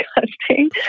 disgusting